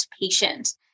patient